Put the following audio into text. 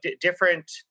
different